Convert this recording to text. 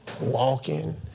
walking